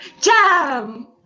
Jam